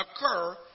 occur